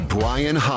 Brian